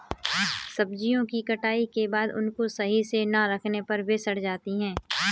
सब्जियों की कटाई के बाद उनको सही से ना रखने पर वे सड़ जाती हैं